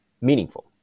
meaningful